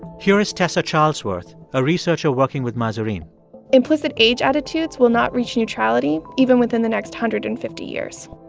here is tessa charlesworth, a researcher working with mahzarin implicit age attitudes will not reach neutrality even within the next one hundred and fifty years